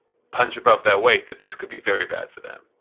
punch above their weight that this could be very bad for them?